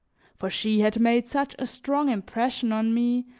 for she had made such a strong impression on me,